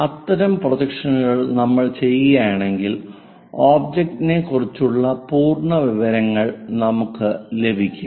അത്തരം പ്രൊജക്ഷനുകൾ നമ്മൾ ചെയ്യുകയാണെങ്കിൽ ഒബ്ജക്റ്റിനെക്കുറിച്ചുള്ള പൂർണ്ണ വിവരങ്ങൾ നമുക്ക് ലഭിക്കും